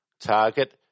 target